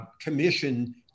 Commission